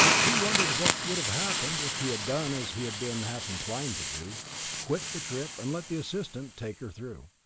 he wondered what would have happened if he had done as he had been half inclined to do quit the trip and let the assistant take her through.